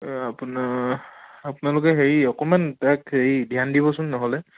আপোনাৰ আপোনালোকে হেৰি অকণমান তাইক হেৰি ধ্যান দিব চোন নহ'লে